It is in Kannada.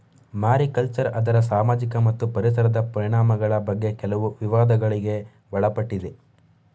ಮಾರಿಕಲ್ಚರ್ ಅದರ ಸಾಮಾಜಿಕ ಮತ್ತು ಪರಿಸರದ ಪರಿಣಾಮಗಳ ಬಗ್ಗೆ ಕೆಲವು ವಿವಾದಗಳಿಗೆ ಒಳಪಟ್ಟಿದೆ